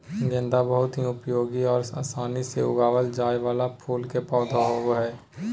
गेंदा बहुत ही उपयोगी और आसानी से उगावल जाय वाला फूल के पौधा होबो हइ